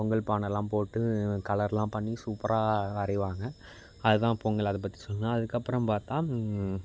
பொங்கல் பானைல்லாம் போட்டு கலர்லாம் பண்ணி சூப்பராக வரைவாங்க அதுதான் பொங்கல் அதை பற்றி சொன்னால் அதுக்கப்பறம் பார்த்தா